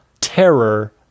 terror